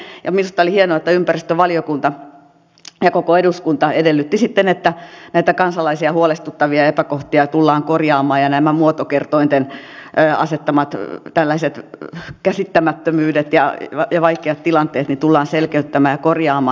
minusta oli hienoa että ympäristövaliokunta ja koko eduskunta edellytti sitten että näitä kansalaisia huolestuttavia epäkohtia tullaan korjaamaan ja nämä muotokertointen asettamat tällaiset käsittämättömyydet ja vaikeat tilanteet tullaan selkeyttämään ja korjaamaan